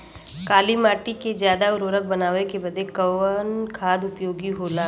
काली माटी के ज्यादा उर्वरक बनावे के बदे कवन खाद उपयोगी होला?